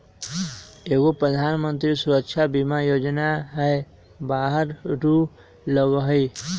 एगो प्रधानमंत्री सुरक्षा बीमा योजना है बारह रु लगहई?